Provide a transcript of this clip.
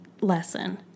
lesson